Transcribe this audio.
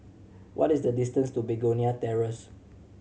what is the distance to Begonia Terrace